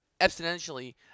exponentially